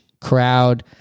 crowd